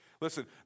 Listen